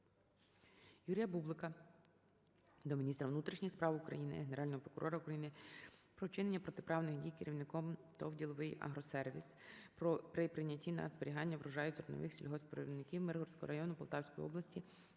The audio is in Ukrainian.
Юрія Бублика до міністра внутрішніх справ України, Генерального прокурора України про вчинення протиправних дій керівництвом ТОВ "ДіловийАгросервіс" при прийнятті на зберігання врожаю зернових сільгоспвиробників Миргородського району Полтавської області,